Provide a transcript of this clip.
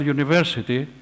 University